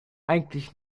eigentlich